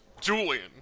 Julian